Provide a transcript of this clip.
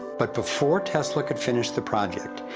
but before tesla could finish the project,